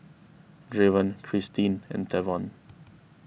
Draven Christeen and Tavon